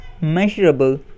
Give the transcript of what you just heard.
measurable